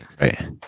Right